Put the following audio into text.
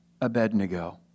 Abednego